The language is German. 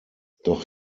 doch